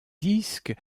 disques